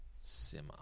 simmer